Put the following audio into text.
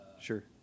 Sure